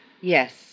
Yes